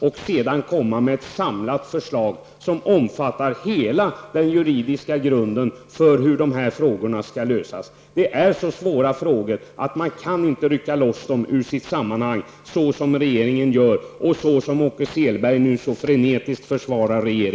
Sedan hade den kunnat lägga fram ett samlat förslag som omfattar hela den juridiska grunden för hur dessa frågor skall lösas. Det här är så svåra frågor att man inte kan rycka loss dem ur sitt sammanhang så som regeringen gör, vilket Åke Selberg frenetiskt försvarar.